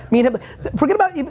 i mean but forget about even,